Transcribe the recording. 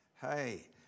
Hey